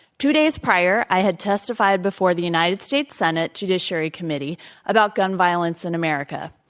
two days prior, i had testified before the united states senate judiciary committee about gun violence in america.